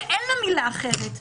ואין מילה אחרת.